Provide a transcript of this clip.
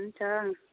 हुन्छ